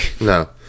no